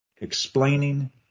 explaining